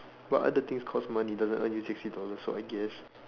what other things cost money doesn't earn you sixty dollars so I guess